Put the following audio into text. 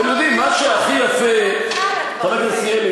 חבר הכנסת ילין,